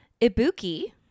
Ibuki